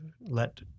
let